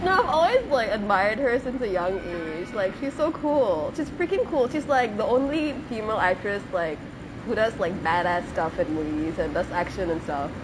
you know I've always like admired her since a young age like she's so cool just freaking cool she's like the only female actress like who does like bad ass stuff at movies and does action and stuff